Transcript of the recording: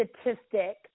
statistic